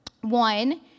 One